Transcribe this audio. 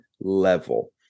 level